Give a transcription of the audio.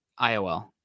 IOL